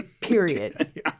Period